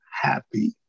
Happy